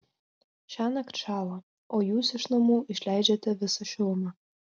šiąnakt šąla o jūs iš namų išleidžiate visą šilumą